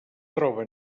troba